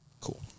Cool